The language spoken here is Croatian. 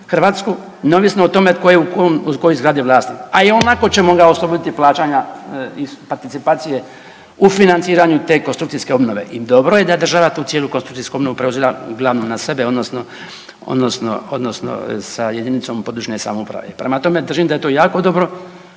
Hrvatsku neovisno o tome tko je u kojoj zgradi vlasnik. A i onako ćemo ga osloboditi plaćanja participacije u financiranju te konstrukcijske obnove. I dobro je da je država tu cijelu konstrukcijsku obnovu preuzela glavnu na sebe, odnosno sa jedinicom područne samouprave. Prema tome, držim da je to jako dobro